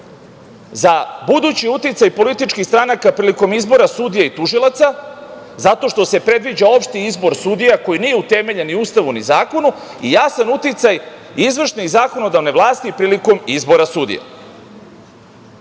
za budući uticaj političkih stranaka prilikom izbora sudija i tužilaca, zato što se predviđa opšti izbor sudija koji nije utemeljen ni u Ustavu, ni u zakonu i jasan uticaj izvršne i zakonodavne vlasti prilikom izbora sudija.I